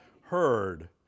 heard